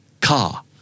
Car